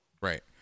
Right